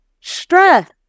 Stress